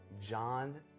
john